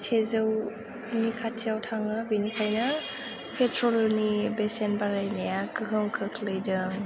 सेजौनि खाथियाव थाङो बेनिखायनो पेट्रलनि बेसेन बारायनाया गोहोम खोख्लैदों